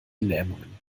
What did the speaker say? lähmungen